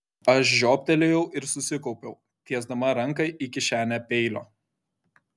aš žioptelėjau ir susikaupiau tiesdama ranką į kišenę peilio